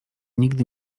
nigdy